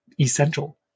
essential